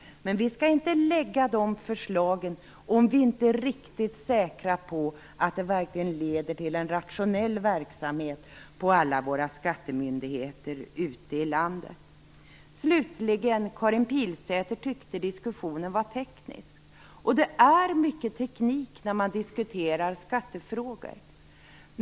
Men vi skall inte lägga fram de förslagen om vi inte är riktigt säkra på att de verkligen leder till en rationell verksamhet på alla våra skattemyndigheter ute i landet. Karin Pilsäter tyckte att diskussionen var teknisk. Det är mycket teknik när man diskuterar skattefrågor.